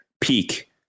peak